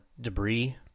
Debris